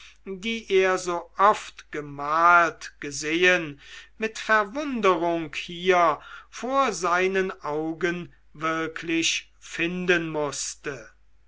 die er so oft gemalt gesehen mit verwunderung hier vor seinen augen wirklich finden mußte